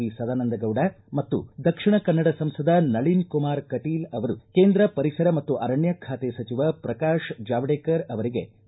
V Sadananda Gowda ಮತ್ತು ದಕ್ಷಿಣ ಕನ್ನಡ ಸಂಸದ ನಳಿನ್ ಕುಮಾರ್ ಕಟೀಲ್ ಅವರು ಕೇಂದ್ರ ಪರಿಸರ ಮತ್ತು ಅರಣ್ಯ ಖಾತೆ ಸಚಿವ ಪ್ರಕಾಶ್ ಜಾವಡೇಕರ್ ಅವರಿಗೆ ಮನವಿ ಸಲ್ಲಿಸಿದ್ದಾರೆ